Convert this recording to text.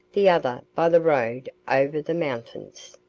the other by the road over the mountains.